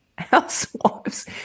housewives